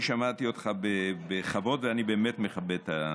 אני שמעתי אותך בכבוד, ואני באמת מכבד.